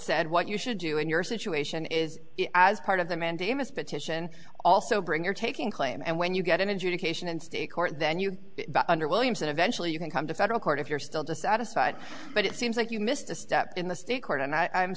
said what you should do in your situation is as part of the mandamus petition also bring your taking claim and when you get an adjudication in state court then you under williams and eventually you can come to federal court if you're still dissatisfied but it seems like you missed a step in the state